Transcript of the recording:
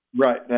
Right